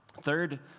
Third